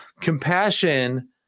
compassion